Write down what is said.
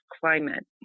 climate